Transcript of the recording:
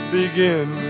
begin